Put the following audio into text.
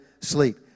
sleep